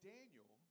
Daniel